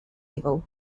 level